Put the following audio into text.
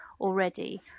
already